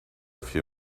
few